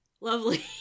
lovely